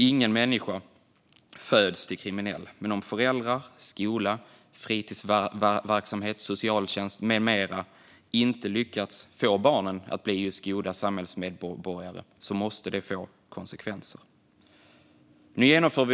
Ingen människa föds till kriminell, men om föräldrar, skola, fritidsverksamhet, socialtjänst med mera inte lyckas få barnen att bli goda samhällsmedborgare måste det få konsekvenser.